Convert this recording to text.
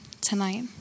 tonight